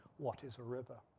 what is a river?